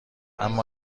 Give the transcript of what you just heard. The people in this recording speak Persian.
اما